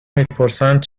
میپرسند